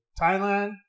thailand